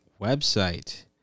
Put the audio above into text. website